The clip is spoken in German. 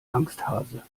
angsthase